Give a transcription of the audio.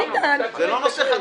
ביטן, נו.